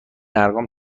ارقام